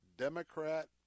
democrat